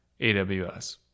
AWS